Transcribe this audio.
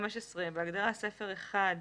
בהגדרה "ספר 1"